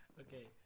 Okay